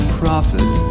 profit